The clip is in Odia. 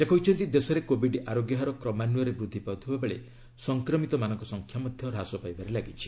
ସେ କହିଛନ୍ତି ଦେଶରେ କୋବିଡ ଆରୋଗ୍ୟ ହାର କ୍ରମାନ୍ୱୟରେ ବୃଦ୍ଧି ପାଉଥିବାବେଳେ ସଂକ୍ରମିତମାନଙ୍କ ସଂଖ୍ୟା ହାସ ପାଇବାରେ ଲାଗିଛି